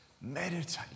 meditate